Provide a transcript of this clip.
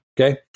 Okay